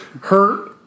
Hurt